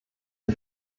die